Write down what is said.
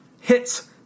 hits